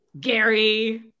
Gary